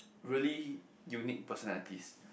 really unique personalities